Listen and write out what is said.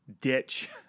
ditch